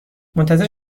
منتظر